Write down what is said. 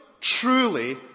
truly